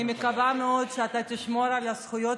אני מקווה מאוד שאתה תשמור על הזכויות